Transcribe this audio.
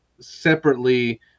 separately